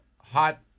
hot